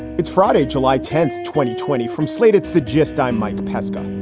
it's friday, july tenth, twenty twenty from slate's the gist. i'm mike pesca.